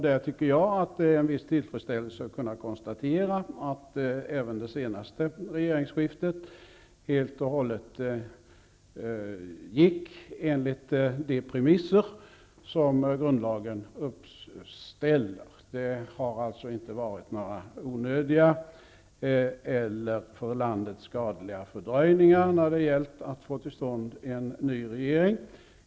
Där tycker jag mig med viss tillfredsställelse kunna konstatera att även det senaste regeringsskiftet helt och hållet gick enligt de premisser som grundlagen uppställer. Det har alltså inte varit några onödiga eller för landet skadliga fördröjningar i arbetet med att få till stånd en ny regering.